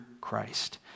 Christ